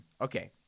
okay